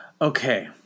Okay